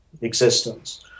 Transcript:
existence